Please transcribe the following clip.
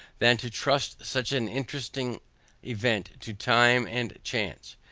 than to trust such an interesting event to time and chance.